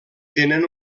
tenen